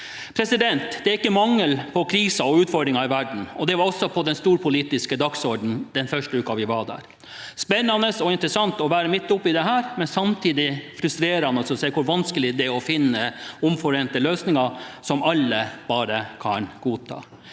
til i dag. Det er ikke mangel på kriser og utfordringer i verden. Det var også på den storpolitiske dagsordenen den første uken vi var der. Spennende og interessant var det å være midt oppe i dette, men samtidig frustrerende å se hvor vanskelig det er å finne omforente løsninger som alle kan godta.